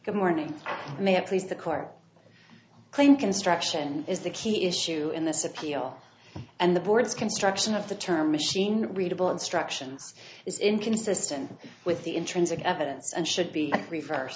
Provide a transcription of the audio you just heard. good morning may i please the court claim construction is the key issue in this appeal and the board's construction of the term machine readable instructions is inconsistent with the intrinsic evidence and should be reverse